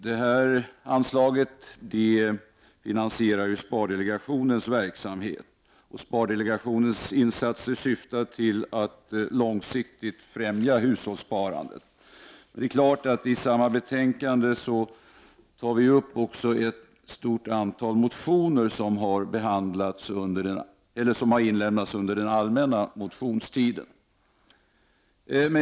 Det anslaget finansierar spardelegationens verksamhet, och spardelegationens insatser syftar till att långsiktigt främja hushållssparandet. I samma betänkande tar vi också upp ett stort antal motioner som har väckts under den allmänna motionstiden.